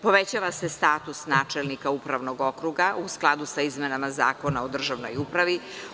Povećava se status načelnika upravnog okruga u skladu sa izmenama Zakona o državnoj upravi.